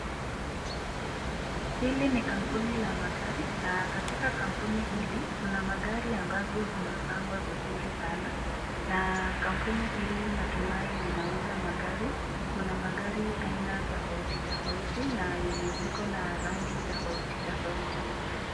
Hili ni kampuni la magari na katika kampuni hili kuna magari ambavyo vimepangwa na kampuni hili ninatumai linauza magari kuna magari aina tofauti tofauti na yenye ziko na rangi tofauti tofauti.